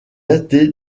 daté